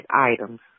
items